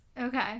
okay